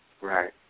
Right